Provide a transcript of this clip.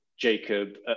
jacob